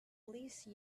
please